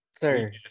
sir